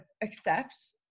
accept